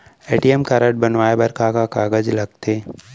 ATM card बनवाये बर का का कागज लगथे?